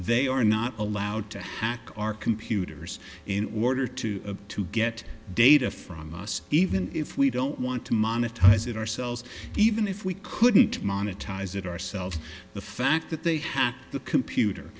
they are not allowed to hack our computers in order to to get data from us even if we don't want to monetize it ourselves even if we couldn't monetize it ourselves the fact that they have the computer